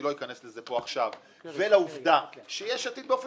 אני לא אכנס לזה פה עכשיו ולעובדה שיש עתיד באופן